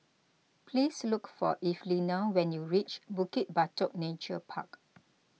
please look for Evelina when you reach Bukit Batok Nature Park